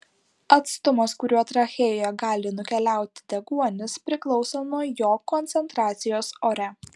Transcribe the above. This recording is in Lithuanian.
atstumas kuriuo trachėjoje gali nukeliauti deguonis priklauso nuo jo koncentracijos ore